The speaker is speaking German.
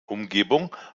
umgebung